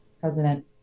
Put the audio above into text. president